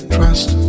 Trust